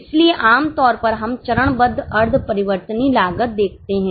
इसलिए आम तौर पर हम चरणबद्ध अर्ध परिवर्तनीय लागत देखते हैं